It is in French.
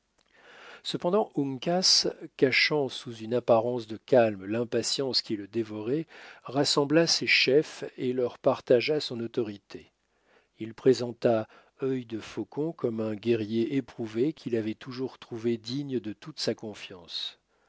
cependant uncas cachant sous une apparence de calme l'impatience qui le dévorait rassembla ses chefs et leur partagea son autorité il présenta œil de faucon comme un guerrier éprouvé qu'il avait toujours trouvé digne de toute sa confiance